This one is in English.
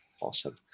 awesome